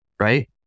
right